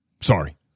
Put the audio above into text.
sorry